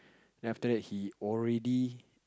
then after that he already